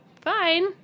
fine